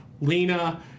Lena